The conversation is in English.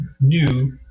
new